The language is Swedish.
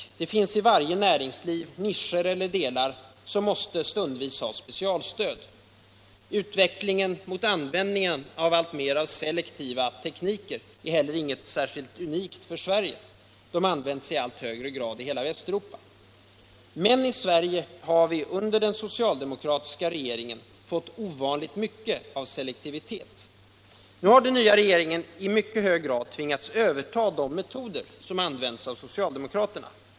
Det finns i varje näringsliv nischer eller delar som stundvis måste ha specialstöd. Utvecklingen mot allt större användning av selektiva tekniker är heller inget unikt för Sverige. De används i allt högre grad i hela Västeuropa. Men i Sverige har vi under den socialdemokratiska regeringen fått ovanligt mycket av selektivitet. Nu har den nya regeringen i hög grad tvingats överta de metoder som använts av socialdemokraterna.